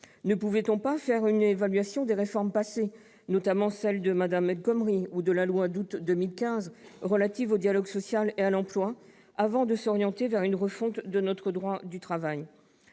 Ne pouvait-on pas faire une évaluation des réformes passées, notamment la loi de Mme El Khomri ou la loi du 17 août 2015 relative au dialogue social et à l'emploi, avant de s'orienter vers une refonte de notre droit du travail ?